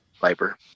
Viper